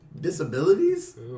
disabilities